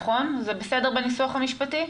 זה בסדר בניסוח המשפטי?